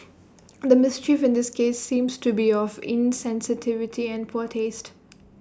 the mischief in this case seems to be of insensitivity and poor taste